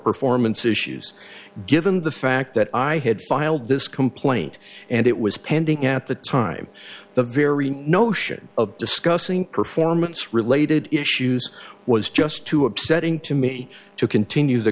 performance issues given the fact that i had filed this complaint and it was pending at the time the very notion of discussing performance related issues was just too upsetting to me to continue the